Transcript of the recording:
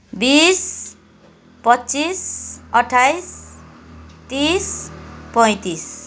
बिस पच्चिस अट्ठाइस तिस पैँतिस